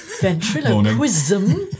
ventriloquism